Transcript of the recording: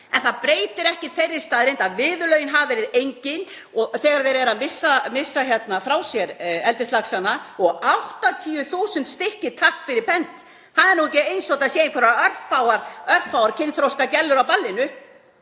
En það breytir ekki þeirri staðreynd að viðurlögin hafa verið engin þegar þeir eru að missa frá sér eldislaxana, og 80.000 stykki — takk fyrir pent. Það er nú ekki eins og þetta séu einhverjar örfáar kynþroska gellur á ballinu.